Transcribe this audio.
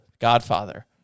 Godfather